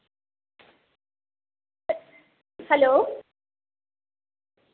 hello